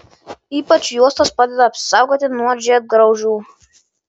ypač juostos padeda apsisaugoti nuo žiedgraužių